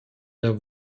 der